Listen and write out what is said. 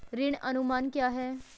ऋण अनुमान क्या है?